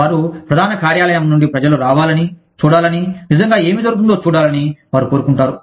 వారు ప్రధాన కార్యాలయం నుండి ప్రజలు రావాలని చూడాలని నిజంగా ఏమి జరుగుతుందో చూడాలని వారు కోరుకుంటారు